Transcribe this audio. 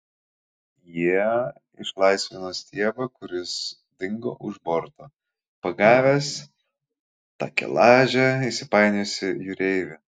jie išlaisvino stiebą kuris dingo už borto pagavęs takelaže įsipainiojusį jūreivį